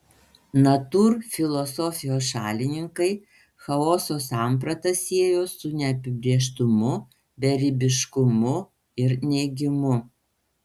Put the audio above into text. natūrfilosofijos šalininkai chaoso sampratą siejo su neapibrėžtumu beribiškumu ir neigimu